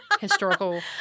historical –